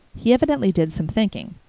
he evidently did some thinking,